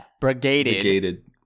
brigaded